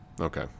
Okay